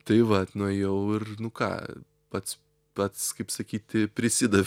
tai vat nuėjau ir nu ką pats pats kaip sakyti prisidav